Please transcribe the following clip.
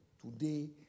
today